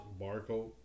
Barcode